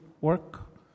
work